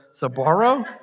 Sabaro